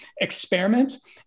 experiments